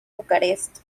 bucarest